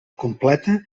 completa